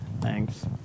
Thanks